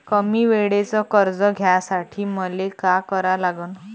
कमी वेळेचं कर्ज घ्यासाठी मले का करा लागन?